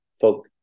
folk